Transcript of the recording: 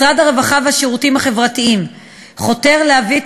משרד הרווחה והשירותים החברתיים חותר להביא את